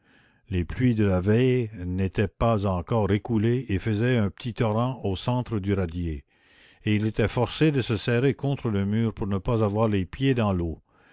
les pluies de la veille n'étaient pas encore écoulées et faisaient un petit torrent au centre du radier et il était forcé de se serrer contre le mur pour ne pas avoir les pieds dans l'eau